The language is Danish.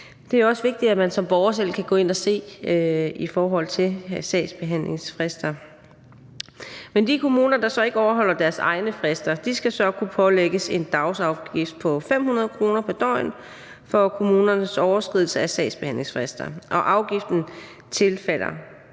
Det er vigtigt, at man som borger selv kan gå ind at se sagsbehandlingsfrister. Men de kommuner, der så ikke overholder deres egne frister, skal kunne pålægges en dagsafgift på 500 kr. pr. døgn, altså for kommunens overskridelse af en sagsbehandlingsfrist, og afgiften tilfalder